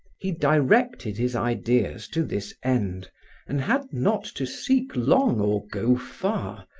he directed his ideas to this end and had not to seek long or go far,